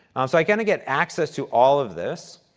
um so i kind of get access to all of this.